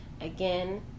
again